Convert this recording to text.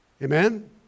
Amen